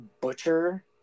butcher